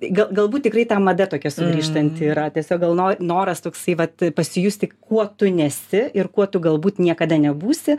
ga galbūt tikrai ta mada tokia sugrįžtanti yra tiesiog gal no noras toksai vat pasijusti kuo tu nesi ir kuo tu galbūt niekada nebūsi